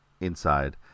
inside